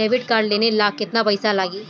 Debit card लेवे ला केतना पईसा लागी?